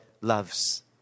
loves